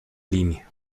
línea